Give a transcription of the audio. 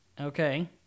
Okay